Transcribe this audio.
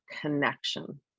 connection